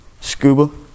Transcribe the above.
Scuba